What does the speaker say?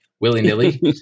willy-nilly